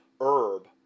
herb